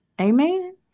Amen